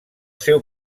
seu